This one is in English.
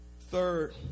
Third